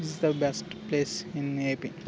is the best place in ap